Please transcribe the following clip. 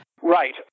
Right